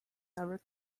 never